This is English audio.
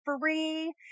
free